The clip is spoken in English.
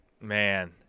Man